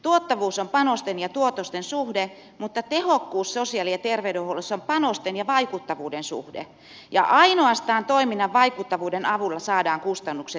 tuottavuus on panosten ja tuotosten suhde mutta tehokkuus sosiaali ja terveydenhuollossa on panosten ja vaikuttavuuden suhde ja ainoastaan toiminnan vaikuttavuuden avulla saadaan kustannukset kuriin